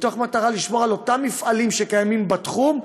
מתוך מטרה לשמור על אותם מפעלים שקיימים בתחום,